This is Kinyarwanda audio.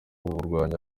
kurwanya